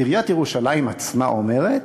עיריית ירושלים עצמה אומרת: